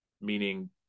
meaning